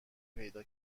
پیدا